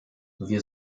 wir